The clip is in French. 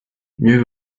mieux